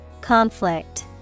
Conflict